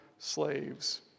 slaves